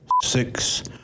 six